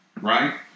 right